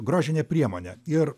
grožinė priemonė ir